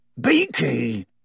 Beaky